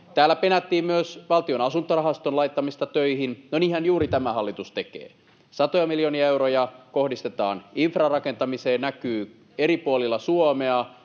Täällä penättiin myös Valtion asuntorahaston laittamista töihin. No niinhän juuri tämä hallitus tekee. Satoja miljoonia euroja kohdistetaan infran rakentamiseen. Se näkyy eri puolilla Suomea